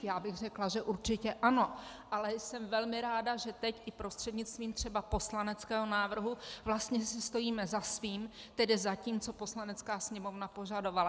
Já bych řekla, že určitě ano, ale jsem velmi ráda, že teď i prostřednictvím třeba poslaneckého návrhu si vlastně stojíme za svým, tedy za tím, co Poslanecká sněmovna požadovala.